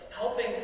Helping